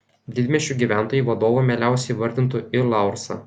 didmiesčių gyventojai vadovu mieliausiai įvardintų i laursą